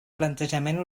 planejament